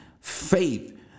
faith